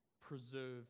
preserve